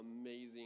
amazing